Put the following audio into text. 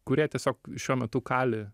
kurie tiesiog šiuo metu kali